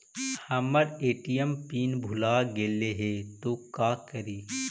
हमर ATM PIN भूला गेली हे, तो का करि?